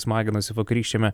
smaginosi vakarykščiame